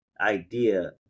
idea